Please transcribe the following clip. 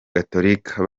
gatolika